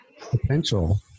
potential